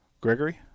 Gregory